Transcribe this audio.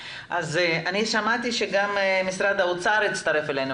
שמענו שכנראה הקיצוץ הזה יתבטל,